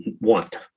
want